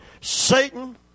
Satan